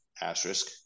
Asterisk